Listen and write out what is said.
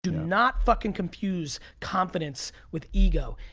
do not fucking confuse confidence with ego.